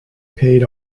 paid